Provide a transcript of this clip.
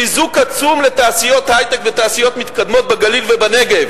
חיזוק עצום לתעשיות היי-טק ותעשיות מתקדמות בגליל ובנגב.